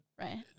Right